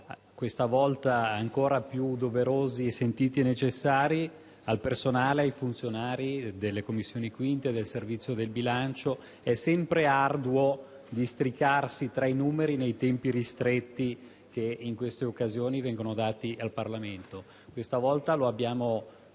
questa volta ancora più doverosi, sentiti e necessari - al personale e ai funzionari delle Commissioni bilancio e del Servizio del bilancio. È sempre arduo districarsi tra i numeri nei tempi ristretti che in queste occasioni vengono dati al Parlamento. Questa volta - lo abbiamo capito